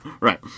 Right